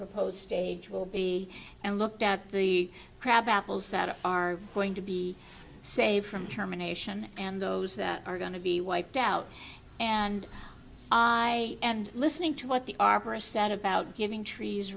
proposed stage will be and looked at the crab apples that are going to be saved from determination and those that are going to be wiped out and i and listening to what the arborist said about giving trees